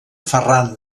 ferran